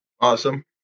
Awesome